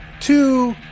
two